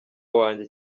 wanjye